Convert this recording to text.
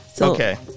okay